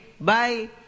Bye